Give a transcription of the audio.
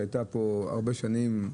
שהייתה פה הרבה שנים.